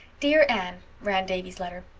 dear anne, ran davy's letter,